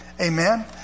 Amen